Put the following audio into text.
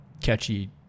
catchy